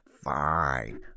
Fine